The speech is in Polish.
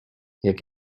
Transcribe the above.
jak